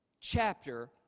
chapter